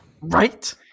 Right